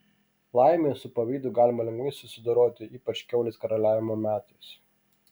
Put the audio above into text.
laimei su pavydu galima lengvai susidoroti ypač kiaulės karaliavimo metais